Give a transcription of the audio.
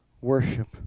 worship